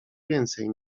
więcej